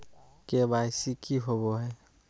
KYC की होबो है?